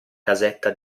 casetta